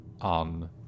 on